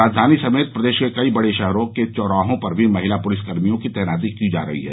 राजधानी समेत प्रदेश के कई बड़े शहरों के चौराहों पर भी महिला पुलिसकर्मियों की तैनाती की जा रही है